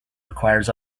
requires